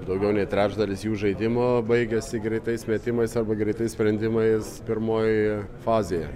daugiau nei trečdalis jų žaidimo baigiasi greitais metimais arba greitais sprendimais pirmojoje fazėje